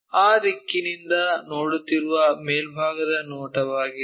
ಆ ದಿಕ್ಕಿನಿಂದ ನೋಡುತ್ತಿರುವ ಮೇಲ್ಭಾಗದ ನೋಟವಾಗಿದೆ